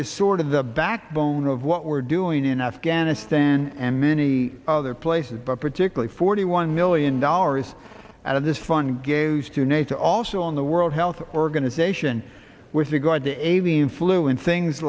is sort of the backbone of what we're doing in afghanistan and many other places but particularly forty one million dollars out of this fun game to nato also on the world health organization with regard to avian flu and things